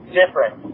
different